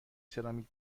سرامیک